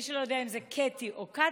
מי שלא יודע אם זה קָטי או קֵטי,